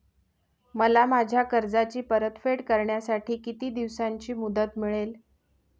मला माझ्या कर्जाची परतफेड करण्यासाठी किती दिवसांची मुदत मिळेल?